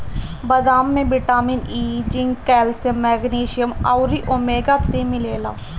बदाम में vitamin E, zinc, calcium, magnesium अउरी ओमेगा थ्री मिलेला